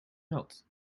not